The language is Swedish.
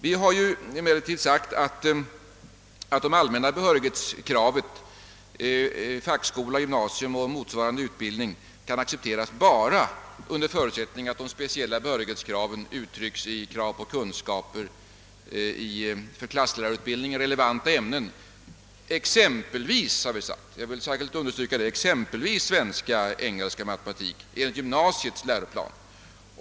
Vi har emellertid framhållit att det allmänna behörighetskravet när det gäller fackskola, gymnasium och motsvarande skulle kunna accepteras bara under förutsättning att de speciella behörighetskraven gäller krav på kunskaper i för lärarutbildningen relevanta ämnen — detta vill jag särskilt understryka — såsom svenska, engelska och matematik enligt gymnasiets läroplan.